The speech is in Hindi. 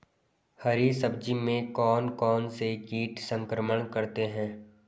हरी सब्जी में कौन कौन से कीट संक्रमण करते हैं?